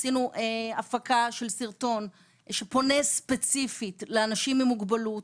עשינו הפקה של סרטון שפונה ספציפית לאנשים עם מוגבלות,